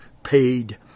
paid